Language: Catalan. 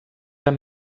amb